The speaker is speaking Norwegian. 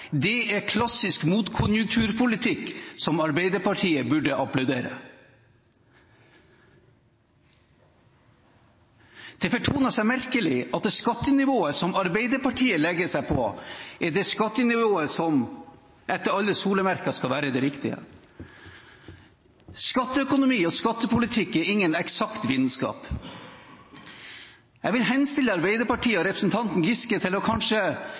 Det er klassisk motkonjunkturpolitikk, som Arbeiderpartiet burde applaudere. Det fortoner seg merkelig at skattenivået Arbeiderpartiet legger seg på, er det skattenivået som etter alle solemerker skal være det riktige. Skatteøkonomi og skattepolitikk er ingen eksakt vitenskap. Jeg vil henstille Arbeiderpartiet og representanten Giske til kanskje å